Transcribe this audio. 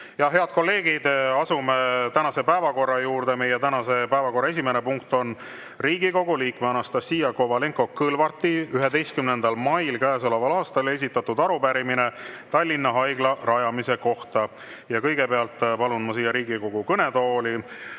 Head kolleegid, asume tänase päevakorra juurde. Meie tänase päevakorra esimene punkt on Riigikogu liikme Anastassia Kovalenko-Kõlvarti 11. mail käesoleval aastal esitatud arupärimine Tallinna Haigla rajamise kohta. Kõigepealt palun ma siia Riigikogu kõnetooli